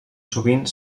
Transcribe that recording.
sovint